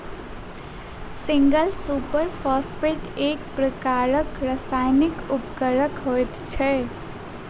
single super phosphate एक प्रकारक रासायनिक उर्वरक होइत छै